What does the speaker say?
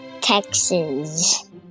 texas